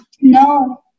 no